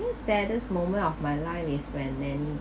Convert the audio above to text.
saddest moment of my life is when nanny